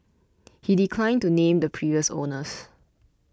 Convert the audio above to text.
he declined to name the previous owners